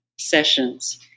sessions